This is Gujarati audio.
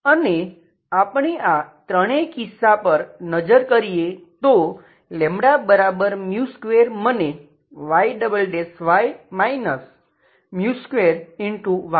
અને આપણે આ ત્રણેય કિસ્સા પર નજર કરીએ તો 2 મને Yy 2Yy0 આપશે